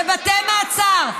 בבתי מעצר,